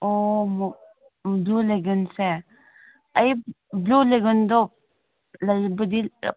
ꯑꯣ ꯕ꯭ꯂꯨ ꯂꯦꯒꯟꯁꯦ ꯑꯩ ꯕ꯭ꯂꯨ ꯂꯦꯒꯟꯗꯣ